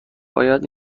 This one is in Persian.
باید